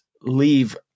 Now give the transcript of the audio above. leave